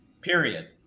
period